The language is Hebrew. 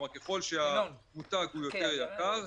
ככל שהמותג יותר יקר,